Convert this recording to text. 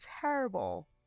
terrible